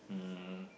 um